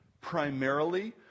primarily